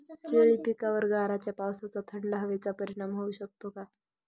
केळी पिकावर गाराच्या पावसाचा, थंड हवेचा परिणाम होऊ शकतो का?